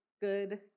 good